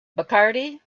bacardi